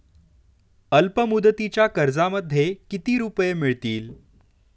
अल्पमुदतीच्या कर्जामध्ये किती रुपये मिळतील?